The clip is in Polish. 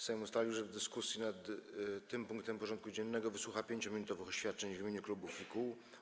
Sejm ustalił, że w dyskusji nad tym punktem porządku dziennego wysłucha 5-minutowych oświadczeń w imieniu klubów i kół.